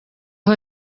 aho